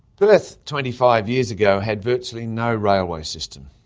perth twenty five years ago had virtually no railway system.